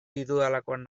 ditudalakoan